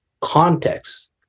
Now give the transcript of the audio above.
context